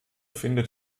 findet